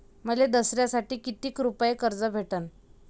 मले दसऱ्यासाठी कितीक रुपये कर्ज भेटन?